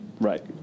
Right